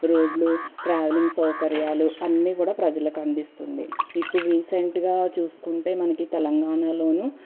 రోడ్లు ట్రావెలింగ్ సౌకర్యాలు అన్నీ కూడా ప్రజలకందిస్తుంది ఇప్పుడు రీసెంట్గా చూసుకుంటే మనకి తెలంగాణాలోను